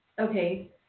okay